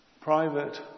Private